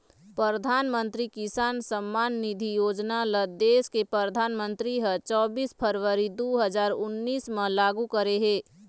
परधानमंतरी किसान सम्मान निधि योजना ल देस के परधानमंतरी ह चोबीस फरवरी दू हजार उन्नीस म लागू करे हे